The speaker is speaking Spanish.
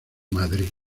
madre